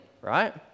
right